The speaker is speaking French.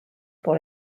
pour